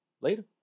Later